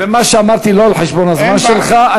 ומה שאמרתי לא על חשבון הזמן שלך.